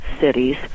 Cities